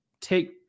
take